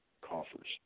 coffers